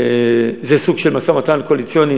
זה סוג של משא-ומתן קואליציוני